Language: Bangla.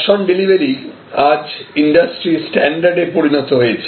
ক্যাশ অন ডেলিভারি আজ ইন্ডাস্ট্রি স্ট্যান্ডার্ডে পরিণত হয়েছে